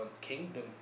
kingdom